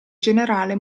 generale